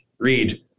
read